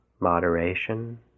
moderation